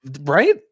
Right